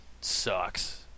sucks